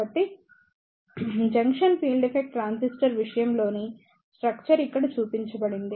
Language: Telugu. కాబట్టి జంక్షన్ ఫీల్డ్ ఎఫెక్ట్ ట్రాన్సిస్టర్ విషయంలోని స్ట్రక్చర్ ఇక్కడ చూపబడింది